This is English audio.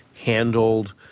handled